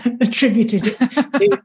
attributed